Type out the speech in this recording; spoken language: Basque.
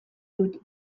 dut